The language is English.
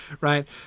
right